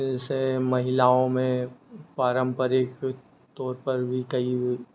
जैसे महिलाओं में पारंपरिक तौर पर भी कई